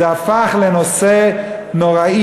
זה הפך לנושא נורא,